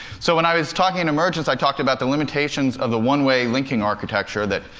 so when i was talking in emergence, i talked about the limitations of the one-way linking architecture that,